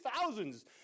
thousands